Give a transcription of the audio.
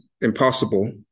impossible